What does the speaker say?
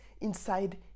inside